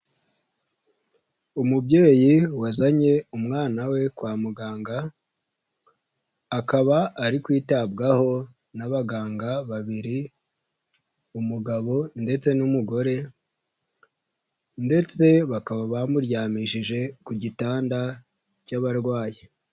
Umubyeyi wazanye umwana we kwa muganga, akaba ari kwitabwaho n'abaganga babiri, umugabo ndetse n'umugore ndetse bakaba bamuryamishije ku gitanda cy'abarwayi.